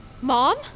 Mom